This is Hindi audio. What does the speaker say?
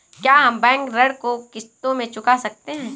क्या हम बैंक ऋण को किश्तों में चुका सकते हैं?